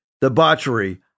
debauchery